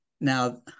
now